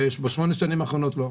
בשמונה השנים האחרונות לא.